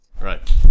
Right